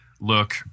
look